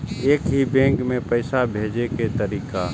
एक ही बैंक मे पैसा भेजे के तरीका?